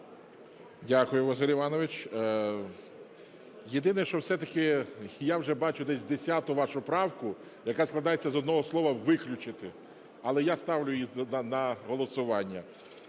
Дякую, Василь Іванович. Єдине, що все-таки я вже бачу десь десяту вашу правку, яка складається з одного слова - "виключити". Але я ставлю її на голосування.